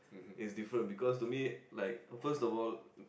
is different because to me like first of all